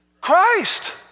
Christ